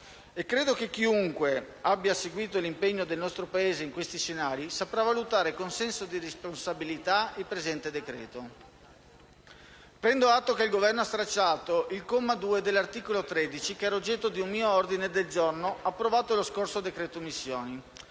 credo che chiunque abbia seguito l'impegno del nostro Paese in questi scenari saprà valutare con senso di responsabilità il presente decreto-legge. Prendo atto che il Governo ha stralciato il comma 2 dell'articolo 13 che era oggetto di un mio ordine del giorno approvato nello scorso decreto-legge missioni: